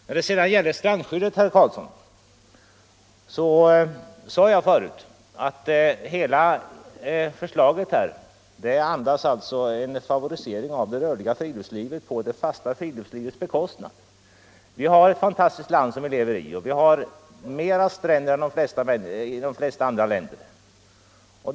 När det sedan gäller strandskyddet, herr Karlsson, sade jag tidigare att hela förslaget andas en favorisering av det rörliga friluftslivet på det fasta friluftslivets bekostnad. Vi lever i ett fantastiskt land och vi har mer stränder än man har i de flesta andra länder.